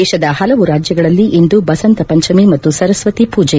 ದೇಶದ ಹಲವು ರಾಜ್ಯಗಳಲ್ಲಿ ಇಂದು ಬಸಂತ ಪಂಚಮಿ ಮತ್ತು ಸರಸ್ವತಿ ಪೂಜೆ